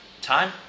Time